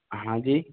हाँ जी